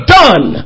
done